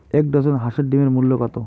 এক ডজন হাঁসের ডিমের মূল্য কত?